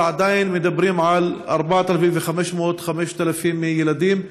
אבל עדיין מדברים על 4,500 5,000 ילדים.